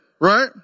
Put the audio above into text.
right